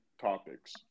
topics